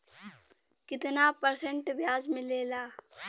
कितना परसेंट ब्याज मिलेला?